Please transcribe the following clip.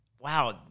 wow